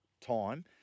time